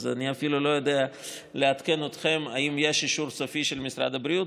אז אני אפילו לא יודע לעדכן אתכם אם יש אישור סופי של משרד הבריאות,